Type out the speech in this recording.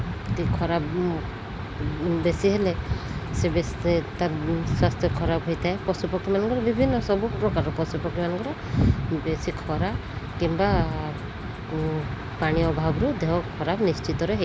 ଖରା ବେଶୀ ହେଲେ ସେ ତା'ର ସ୍ୱାସ୍ଥ୍ୟ ଖରାପ ହୋଇଥାଏ ପଶୁପକ୍ଷୀମାନଙ୍କର ବିଭିନ୍ନ ସବୁ ପ୍ରକାର ପଶୁପକ୍ଷୀମାନଙ୍କର ବେଶୀ ଖରା କିମ୍ବା ପାଣି ଅଭାବରୁ ଦେହ ଖରାପ ନିଶ୍ଚିତରେ ହୋଇଥାଏ